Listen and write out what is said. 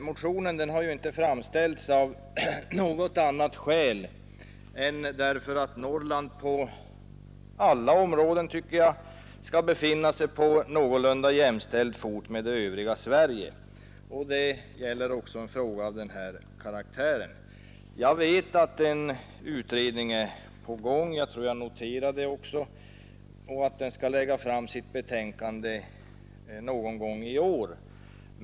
Motionen har inte väckts av något annat skäl än att Norrland på alla områden bör befinna sig på någorlunda jämställd fot med det övriga Sverige. Detta bör även gälla en fråga av denna karaktär. Jag vet att en utredning är på gång och att denna skall lägga fram sitt betänkande någon gång i år.